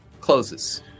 closes